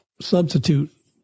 substitute